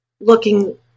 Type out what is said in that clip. looking